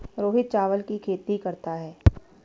रोहित चावल की खेती करता है